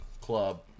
club